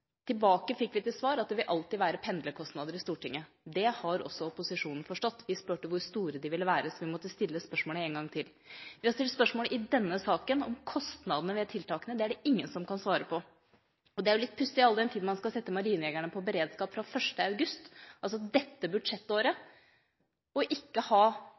Vi fikk svar tilbake at det alltid vil være pendlerkostnader i Forsvaret. Det har også opposisjonen forstått. Vi spurte hvor store de ville være, så derfor måtte vi stille spørsmålet en gang til. I denne saken har vi stilt spørsmål om kostnadene ved tiltakene. Det er det ingen som kan svare på. Det er jo litt pussig, all den tid man skal sette marinejegerne på beredskap fra 1. august, altså dette budsjettåret, ikke å ha budsjettdekning for å gjøre det, og heller ikke å ha